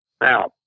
Now